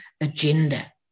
agenda